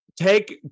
take